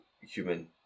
human